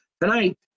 tonight